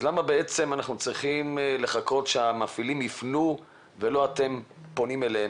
אז למה אנחנו צריכים לחכות שהמפעילים יפנו ולא אתם פונים אליהם?